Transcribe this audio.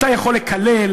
אתה יכול לקלל,